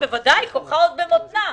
בוודאי, כוחה עוד במותנה.